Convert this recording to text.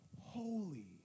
holy